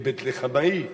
כבית-לחמאי,